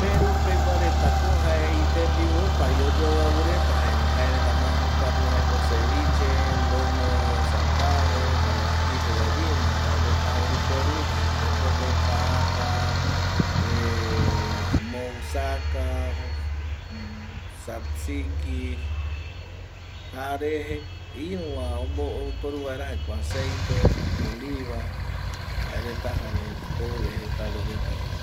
Peru pegua retako jae itembiu opavi oyoaviavi reta erei jaereta ma joukatu jaeko seviche, lomo saltado jare aji de gallina jaereta oiporu jokope jaeko papa mousaka, sapsiki jare iruva oiporu vaera jaeko aceite jare oliva jaereta jaereta jou vegetale retavino